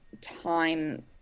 time –